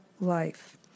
life